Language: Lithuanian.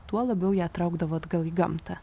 tuo labiau ją traukdavo atgal į gamtą